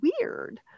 weird